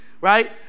Right